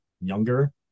younger